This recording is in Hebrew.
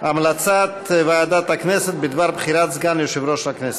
המלצת ועדת הכנסת בדבר בחירת סגן יושב-ראש הכנסת.